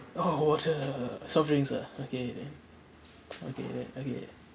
oh water soft drinks ah okay then okay then okay